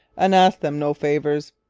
and ask them no favours.